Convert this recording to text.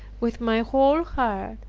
with my whole heart,